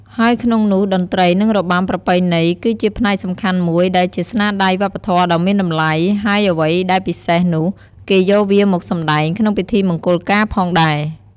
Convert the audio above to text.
ហើយក្នុងនោះតន្រ្តីនិងរបាំប្រពៃណីគឺជាផ្នែកសំខាន់មួយដែលជាស្នាដៃវប្បធម៌ដ៏មានតម្លៃ ហើយអ្វីដែលពិសេសនោះ គេយកវាមកសម្តែងក្នុងពិធីមង្គលការផងដែរ។